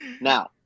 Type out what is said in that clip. Now